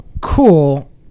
cool